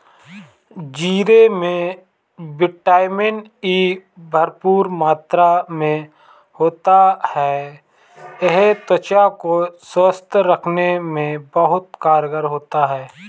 जीरे में vitamin E भरपूर मात्रा में होता है यह त्वचा को स्वस्थ रखने में बहुत कारगर होता है